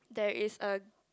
there is a